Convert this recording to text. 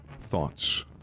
thoughts